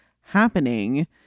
happening